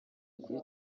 kuri